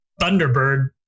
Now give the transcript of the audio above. Thunderbird